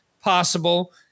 possible